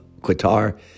Qatar